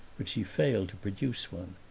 but she failed to produce one.